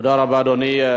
תודה רבה, אדוני.